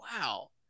wow